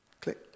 click